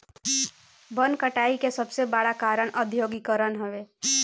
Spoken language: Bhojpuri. वन कटाई के सबसे बड़ कारण औद्योगीकरण हवे